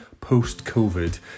post-Covid